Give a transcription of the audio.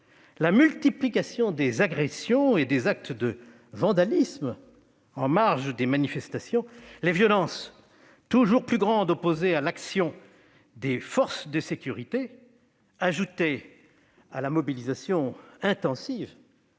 la multiplication des agressions et des actes de vandalisme en marge des manifestations, les violences toujours plus grandes en opposition à l'action des forces de sécurité, ajoutées à la mobilisation intensive